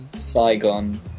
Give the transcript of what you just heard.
Saigon